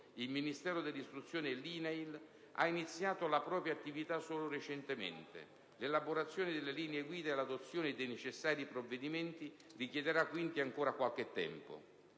Ministero dell'istruzione ed INAIL, ha iniziato la propria attività solo recentemente. L'elaborazione delle linee guida e l'adozione dei necessari provvedimenti richiederà, quindi, ancora qualche tempo.